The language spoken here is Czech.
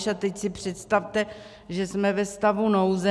A teď si představte, že jsme ve stavu nouze.